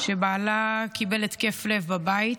שבעלה קיבל התקף לב בבית,